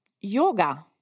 yoga